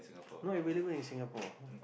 not available in Singapore